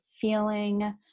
feeling